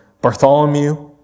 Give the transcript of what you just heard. Bartholomew